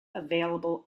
available